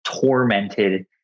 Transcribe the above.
tormented